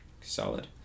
Solid